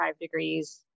degrees